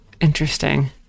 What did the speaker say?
interesting